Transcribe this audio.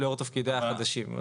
לאור תפקידיה החדשים.